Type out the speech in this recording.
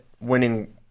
winning